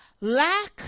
lack